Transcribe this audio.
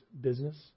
business